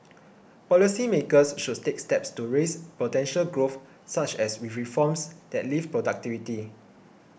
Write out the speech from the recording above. policy makers should take steps to raise potential growth such as with reforms that lift productivity